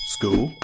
School